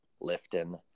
lifting